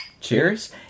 Cheers